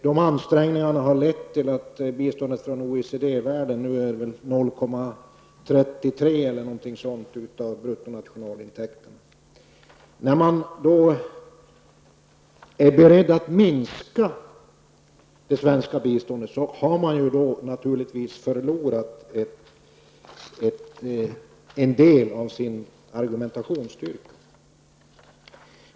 De ansträngningarna har lett till att biståndet från OECD-världen nu är 0,33 % eller någonting sådant av bruttonationalintäkten. När regeringen nu är beredd att minska det svenska biståndet förlorar vi en del av vår argumentationstyngd.